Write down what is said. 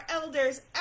elders